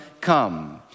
come